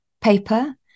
paper